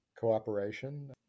Cooperation